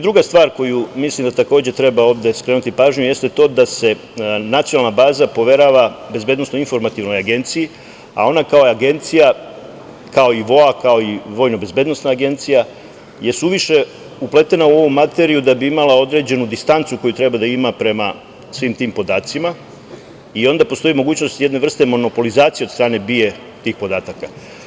Druga stvar koju mislim da takođe ovde treba skrenuti pažnju jeste to da se nacionalna baza poverava BIA a ona kao agencija, kao i VOA, kao i vojno-bezbednosna agencija, je suviše upletena u ovu materiju da bi imala određenu distancu koju treba da ima prema svim tim podacima i onda postoji mogućnost jedne vrste monopolizacije od strane BIA tih podataka.